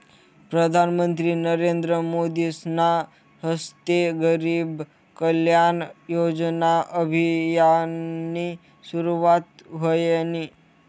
प्रधानमंत्री नरेंद्र मोदीसना हस्ते गरीब कल्याण योजना अभियाननी सुरुवात व्हयनी